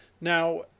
Now